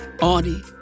Audie